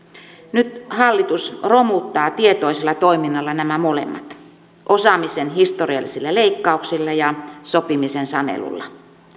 nyt hallitus romuttaa tietoisella toiminnalla nämä molemmat osaamisen historiallisilla leikkauksilla ja sopimisen sanelulla